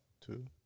two